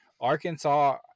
Arkansas